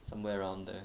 somewhere around there